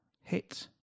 hit